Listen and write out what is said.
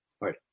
right